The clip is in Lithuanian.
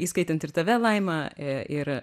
įskaitant ir tave laima e ir